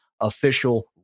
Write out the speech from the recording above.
official